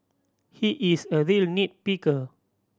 he is a real nit picker